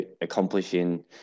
accomplishing